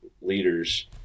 leaders